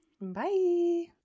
Bye